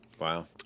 Wow